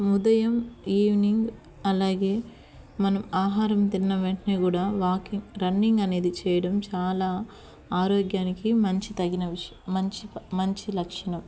ఉదయం ఈవినింగ్ అలాగే మనం ఆహారం తిన్న వెంటనే కూడా వాకింగ్ రన్నింగ్ అనేది చేయడం చాలా ఆరోగ్యానికి మంచి తగిన విషయం మంచి మంచి లక్షణం